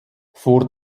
vor